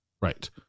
Right